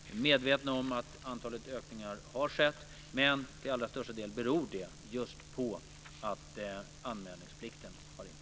Vi är medvetna om att det har skett en ökning av antalet anmälningar, men till största delen beror de på att en anmälningsplikt har införts.